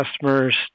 customers